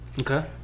Okay